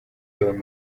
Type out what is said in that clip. soll